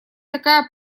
такая